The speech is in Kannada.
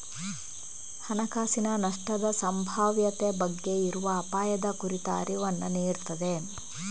ಹಣಕಾಸಿನ ನಷ್ಟದ ಸಂಭಾವ್ಯತೆ ಬಗ್ಗೆ ಇರುವ ಅಪಾಯದ ಕುರಿತ ಅರಿವನ್ನ ನೀಡ್ತದೆ